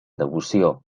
devoció